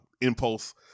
Impulse